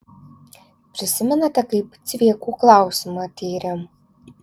prisimenate kaip cviekų klausimą tyrėm